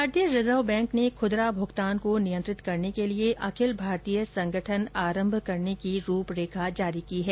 भारतीय reserve bank ने खुदरा भुगतान को नियंत्रत करने के लिए अखिल भारतीय संगठन आरंभ करने की रूपरेखा जारी की है